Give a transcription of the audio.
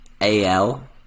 AL